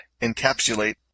encapsulate